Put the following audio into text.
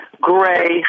gray